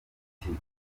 ihera